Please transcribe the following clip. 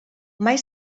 mai